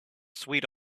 sweet